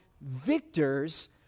victors